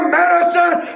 medicine